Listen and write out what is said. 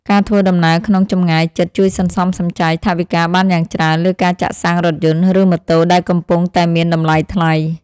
ការធ្វើដំណើរក្នុងចម្ងាយជិតជួយសន្សំសំចៃថវិកាបានយ៉ាងច្រើនលើការចាក់សាំងរថយន្ត ឬម៉ូតូដែលកំពុងតែមានតម្លៃថ្លៃ។